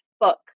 book